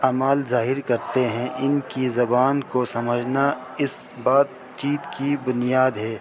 اعمال ظاہر کرتے ہیں ان کی زبان کو سمجھنا اس بات چیت کی بنیاد ہے